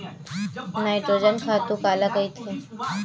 Nitrogen खातु काला कहिथे?